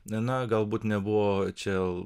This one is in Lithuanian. na galbūt nebuvo čia